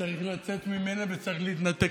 מטעם הכנסת: